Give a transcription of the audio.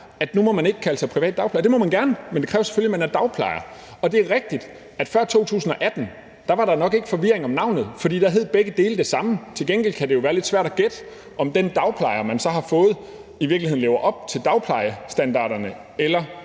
at nu må man ikke kalde sig privat dagplejer. Det må man gerne, men det kræver selvfølgelig, at man er dagplejer. Og det er rigtigt, at før 2018 var der nok ikke forvirring om navnet, for da hed begge dele det samme. Til gengæld kunne det jo være lidt svært at gætte, om den dagplejer, man så havde fået, i virkeligheden levede op til dagplejerstandarderne eller